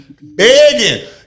begging